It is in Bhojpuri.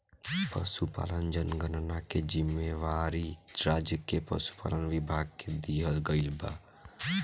पसुपालन जनगणना के जिम्मेवारी राज्य के पसुपालन विभाग के दिहल गइल बा